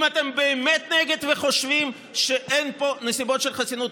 אם אתם באמת נגד וחושבים שאין פה נסיבות של חסינות,